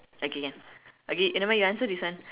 okay can okay k nevermind you answer this one